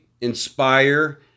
inspire